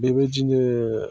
बेबायदिनो